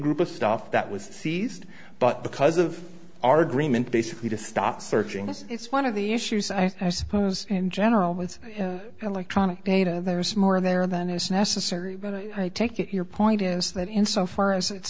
group of stuff that was seized but because of our agreement basically to stop searching it's one of the issues i suppose in general with electronic data there is more there than is necessary but i take it your point is that in so far as it's